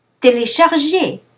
Télécharger